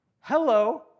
Hello